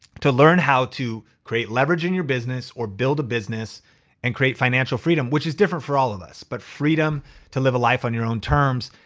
to learn how to create leverage in your business or build a business and create financial freedom, which is different for all of us, but freedom to live a life on your own terms.